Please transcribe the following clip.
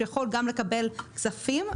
שיכול גם לקבל כספים,